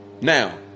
Now